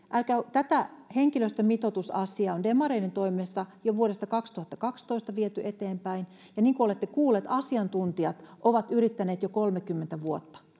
tätä henkilöstömitoitusasiaa on demareiden toimesta jo vuodesta kaksituhattakaksitoista viety eteenpäin ja niin kuin olette kuulleet asiantuntijat ovat yrittäneet jo kolmekymmentä vuotta